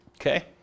Okay